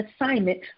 assignment